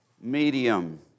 medium